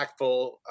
impactful